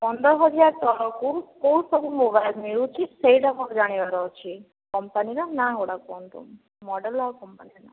ପନ୍ଦର ହଜାର ତଳକୁ କେଉଁ ସବୁ ମୋବାଇଲ୍ ମିଳୁଛି ସେହିଟା ମୋର ଜାଣିବାର ଅଛି କମ୍ପାନୀର ନାଁ ଗୁଡ଼ା କୁହନ୍ତୁ ମଡ଼େଲ୍ ଆଉ କମ୍ପାନୀ ନାଁ